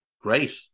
Great